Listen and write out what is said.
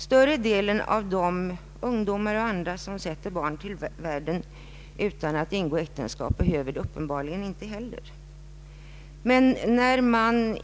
För de flesta ungdomar och andra som sätter barn till världen utan att ha ingått äktenskap är det uppenbarligen inte heller nödvändigt att barnavårdsman förordnas.